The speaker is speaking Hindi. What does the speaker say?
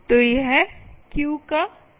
तो यह क्यू का नाम है